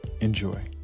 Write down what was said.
Enjoy